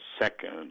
second